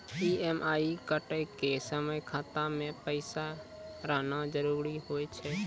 EMI कटै के समय खाता मे पैसा रहना जरुरी होय छै